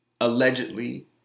allegedly